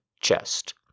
chest